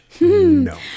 No